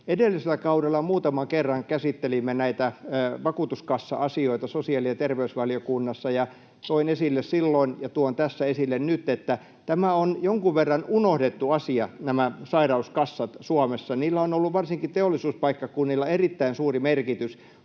Edellisellä kaudella muutaman kerran käsittelimme näitä vakuutuskassa- asioita sosiaali- ja terveysvaliokunnassa, ja toin esille silloin — ja tuon tässä esille nyt — että nämä sairauskassat ovat jonkun verran unohdettu asia Suomessa. Niillä on ollut erittäin suuri merkitys